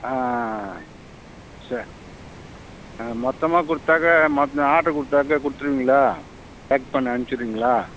ஆஆ ஆ சேரி ஆ மொத்தமாக கொடுத்தாக்கா மொத் ஆடர் கொடுத்தாலே குடுத்துருவீங்களா பேக் பண்ணி அனுப்ச்சுருவீங்களா